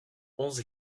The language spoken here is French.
onze